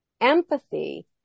Empathy